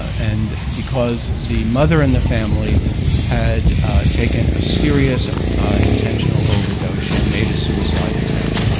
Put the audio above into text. and because the mother in the family had taken a serious intentional overdose. she had made a suicide attempt.